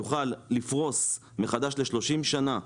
יוכל לפרוס מחדש ל-30 שנה,